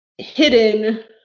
hidden